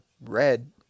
red